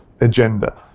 agenda